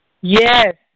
Yes